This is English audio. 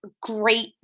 great